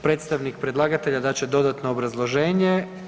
Predstavnik predlagatelja dat će dodatno obrazloženje.